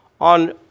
on